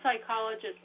psychologist